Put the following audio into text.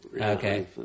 Okay